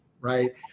right